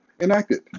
enacted